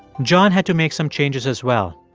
john had to make some changes as well.